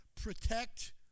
protect